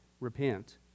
repent